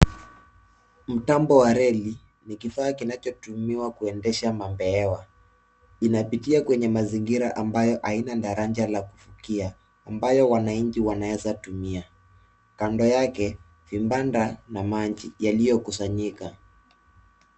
Mtambo wa reli ni kifaa kinachotumiwa kuendesha mapeewa. Inapitia kwenye mazingira ambayo haina daraja la kuvukia ambayo wananchi wanawezatumia. Kand yake vibanda na maji yaliyokusanyika.